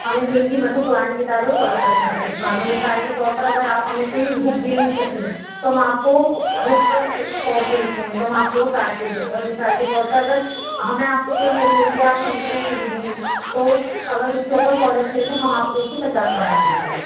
ہمیں دیں گی مطلب پرانی کتابیں فورٹی پرسینت پہ ڈسکاؤنٹ پہ مثال کے طور پر اگر آپ ہمیں کوئی بک دیں گی اپنی تو ہم آپ کو جو الگ سے سو روپئے لکھے ہیں تو ہم آپ کو وہ ساٹھ کی دیں گے اور مثال کے طور پر اگر ہمیں آپ کو کوئی لینی ہوگی یا آپ ہم سے کوئی خریدیں گی تو اگر اس کے اوپر سو لکھے ہیں تو ہم آپ کو اس کو پچاس بڑھا کے دیں گے